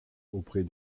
auprès